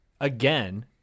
again